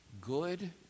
Good